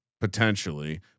potentially